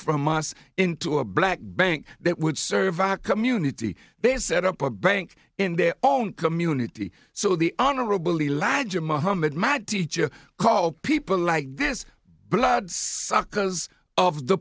from us into a black bank that would serve a community they set up a bank in their own community so the honorable elijah muhammad my teacher called people like this blood suckers of the